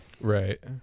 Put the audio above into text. Right